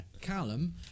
Callum